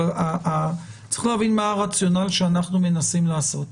אבל צריך להבין מה הרציונל שאנחנו מנסים לעשות.